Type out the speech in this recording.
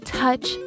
touch